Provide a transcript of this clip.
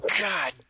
God